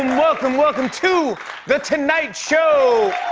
and welcome, welcome to the tonight show.